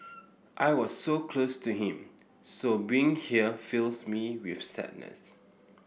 I was so close to him so being here fills me with sadness